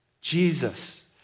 Jesus